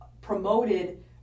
promoted